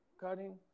cutting